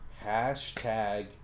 Hashtag